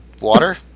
water